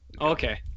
okay